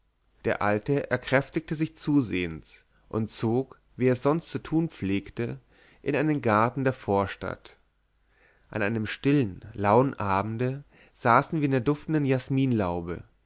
der alte erkräftigte sich zusehends und zog wie er sonst zu tun pflegte in einen garten der vorstadt an einem stillen lauen abende saßen wir in der duftenden